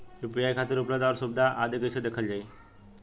UPI खातिर उपलब्ध आउर सुविधा आदि कइसे देखल जाइ?